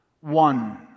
one